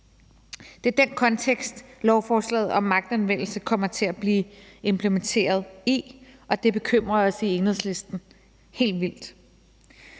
Det er den kontekst, lovforslaget om magtanvendelse kommer til at blive implementeret i, og det bekymrer os i Enhedslisten helt vildt.